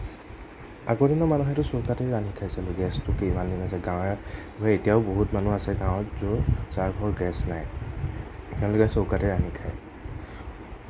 আগৰ দিনৰ মানুহেতো চৌকাতে ৰান্ধি খাইছিলে গেছটো কিমানদিন হৈছে গাওঁ ভূঞেঁ এতিয়াও বহুত মানুহ আছে গাঁৱত য'ত যাৰ ঘৰত গেছ নাই তেওঁলোকে চৌকাতে ৰান্ধি খায়